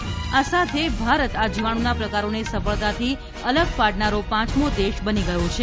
આ સાથે ભારત આ જીવાણુના પ્રકારોને સફળતાથી અલગ પાડનારો પાંચમો દેશ બની ગયો છે